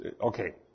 Okay